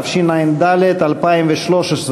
התשע"ד 2013,